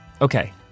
Okay